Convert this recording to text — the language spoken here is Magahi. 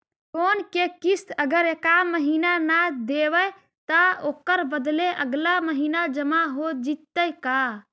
लोन के किस्त अगर एका महिना न देबै त ओकर बदले अगला महिना जमा हो जितै का?